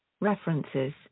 References